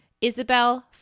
Isabel